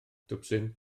twpsyn